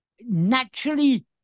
naturally